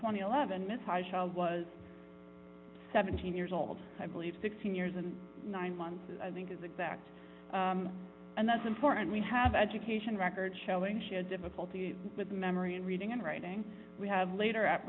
and eleven ms high child was seventeen years old i believe sixteen years and nine months i think is exact and that's important we have education records showing she had difficulty with memory and reading and writing we have later at